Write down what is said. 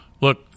Look